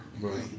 Right